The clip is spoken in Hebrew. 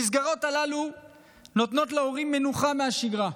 המסגרות הללו נותנות להורים מנוחה מהשגרה,